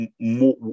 more